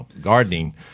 gardening